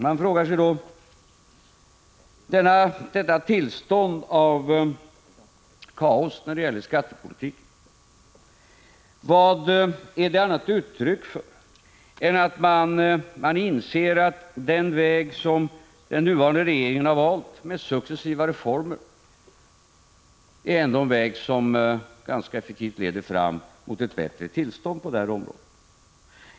Man frågar sig om detta tillstånd av kaos när det gäller skattepolitiken kan vara något annat än ett uttryck för att man inser att den väg som den nuvarande regeringen har valt, med successiva reformer, ändå är en väg som ganska effektivt leder fram till ett bättre tillstånd på skattepolitikens område.